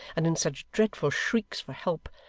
and in such dreadful shrieks for help,